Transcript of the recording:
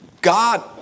God